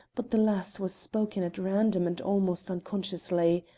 but the last was spoken at random and almost unconsciously.